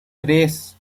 tres